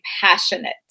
passionate